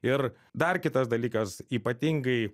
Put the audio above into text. ir dar kitas dalykas ypatingai